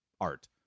art